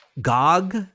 GOG